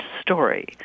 story